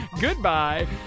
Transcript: Goodbye